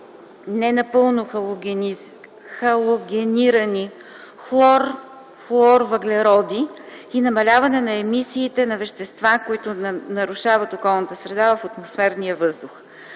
не напълно халогенирани хлорфлуорвъглеводороди и намаляване на емисиите на вещества, които нарушават околната среда в атмосферния въздух.